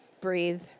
breathe